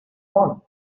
want